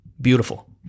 beautiful